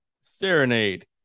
Serenade